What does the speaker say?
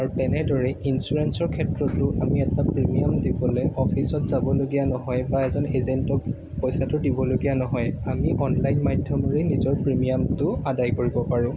আৰু তেনেদৰেই ইন্সুৰেঞ্চৰ ক্ষেত্ৰতো আমি এটা প্ৰিমিয়াম দিবলৈ অ'ফিচত যাবলগীয়া নহয় বা এজন এজেণ্টক পইচাটো দিবলগীয়া নহয় আমি অনলাইন মাধ্যমেৰেই নিজৰ প্ৰিমিয়ামতো আদায় কৰিব পাৰোঁ